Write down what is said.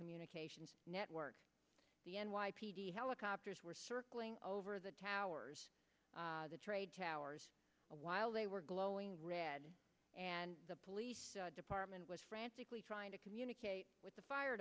communications network the n y p d helicopters were circling over the towers the trade towers while they were glowing red and the police department was frantically trying to communicate with the fire